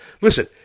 Listen